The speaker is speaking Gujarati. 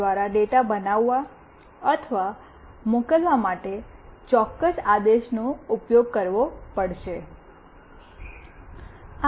દ્વારા ડેટા બનાવવા અથવા મોકલવા માટે ચોક્કસ આદેશનો ઉપયોગ કરવો પડશે